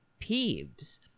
peeves